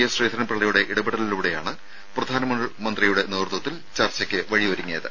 S Sreedharan പിള്ളയുടെ ഇടപെടലിലൂടെയാണ് പ്രധാനമന്ത്രിയുടെ നേതൃത്വത്തിൽ ചർച്ചക്ക് വഴിയൊരുങ്ങിയത്